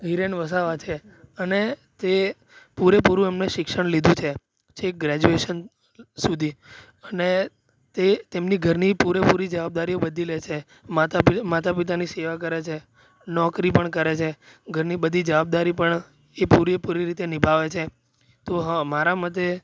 હિરેન વસાવા છે અને તે પૂરેપૂરું એમણે શિક્ષણ લીધું છે છેક ગ્રેજ્યૂએશન સુધી અને તે તેમની ઘરની પૂરેપૂરી જવાબદારી બધી લે છે માતા પિતાની સેવા કરે છે નોકરી પણ કરે છે ઘરની બધી જવાબદારી પણ ઈ પૂરેપૂરી રીતે નિભાવે છે તો હા મારા મતે